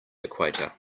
equator